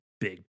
big